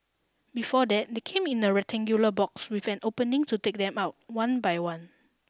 before that they came in a rectangular box with an opening to take them out one by one